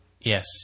Yes